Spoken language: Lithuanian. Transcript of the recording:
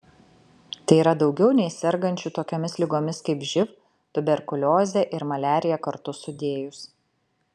tai yra daugiau nei sergančių tokiomis ligomis kaip živ tuberkuliozė ir maliarija kartu sudėjus